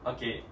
Okay